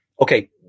okay